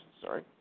sorry